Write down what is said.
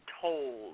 told